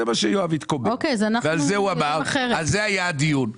על זה יואב התקומם ועל זה היה הדיון.